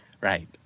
Right